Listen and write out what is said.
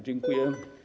Dziękuję.